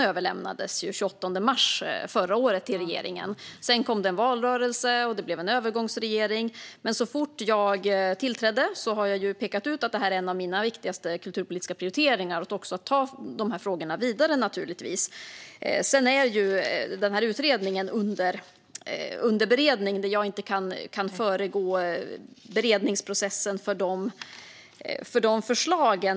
överlämnades den 28 mars förra året till regeringen. Sedan kom det en valrörelse, och det blev en övergångsregering. Men så fort jag tillträdde pekade jag ut att detta är en av mina viktigaste kulturpolitiska prioriteringar, och jag ska naturligtvis ta dessa frågor vidare. Denna utredning är under beredning, och jag kan inte föregripa beredningsprocessen i fråga om dessa förslag.